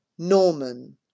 Norman